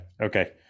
Okay